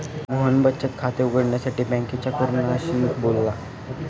मोहन बचत खाते उघडण्यासाठी बँकेच्या कारकुनाशी बोलला